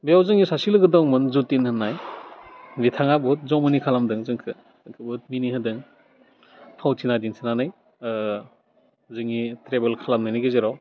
बेयाव जोंनि सासे लोगो दंमोन जतिन होननाय बिथाङा बुहुत जमनि खालामदों जोंखौ जोंखौ बुहुत मिनिहोदों फावथिना दिन्थिनानै जोंनि ट्रेभेल खालामनायनि गेजेराव